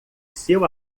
seu